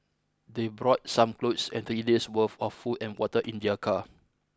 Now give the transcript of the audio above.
they brought some clothes and three days' worth of food and water in their car